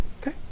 Okay